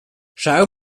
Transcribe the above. schau